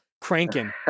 cranking